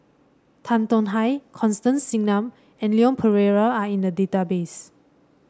Tan Tong Hye Constance Singam and Leon Perera are in the database